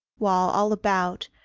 while, all about,